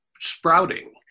sprouting